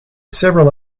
several